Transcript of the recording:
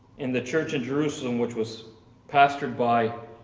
in the church in jerusalem, which was pastored by